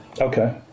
Okay